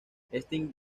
este